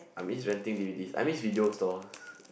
I miss renting D_V_Ds I miss video stores